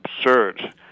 absurd